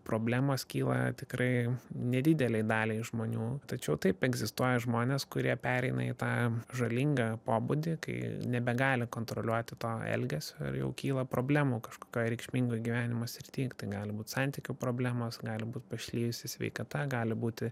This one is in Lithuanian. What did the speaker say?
problemos kyla tikrai nedidelei daliai žmonių tačiau taip egzistuoja žmonės kurie pereina į tą žalingą pobūdį kai nebegali kontroliuoti to elgesio ir jau kyla problemų kažkokioj reikšmingoj gyvenimo srity ir tai gali būt santykių problemos gali būt pašlijusi sveikata gali būti